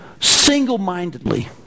single-mindedly